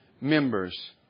Members